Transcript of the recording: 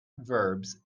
verbs